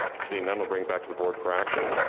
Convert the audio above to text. seeing none, i'll bring it back to the board for action.